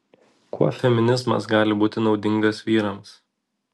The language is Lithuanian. kuo feminizmas gali būti naudingas vyrams